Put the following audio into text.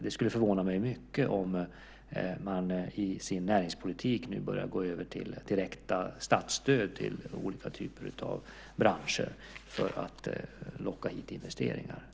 Det skulle förvåna mig mycket om man i sin näringspolitik börjar gå över till direkta statsstöd till olika branscher för att locka hit investeringar.